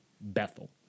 Bethel